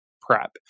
PrEP